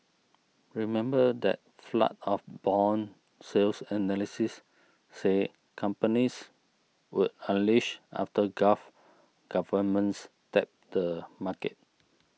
remember that flood of bond sales analysts said companies would unleash after gulf governments tapped the market